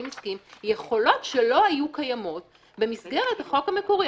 עסקיים יכולות שלא היו קיימות במסגרת החוק המקורי.